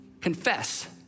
confess